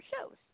shows